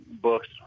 books